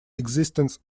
existence